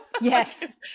Yes